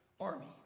army